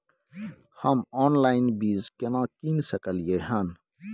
हम ऑनलाइन बीज केना कीन सकलियै हन?